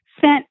sent